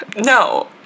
No